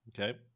Okay